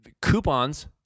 coupons